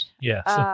Yes